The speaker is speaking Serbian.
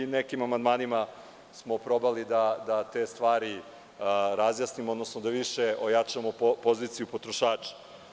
Nekim amandmanima smo probali da te stvari razjasnimo, odnosno da više ojačamo poziciju potrošača.